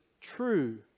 true